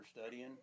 studying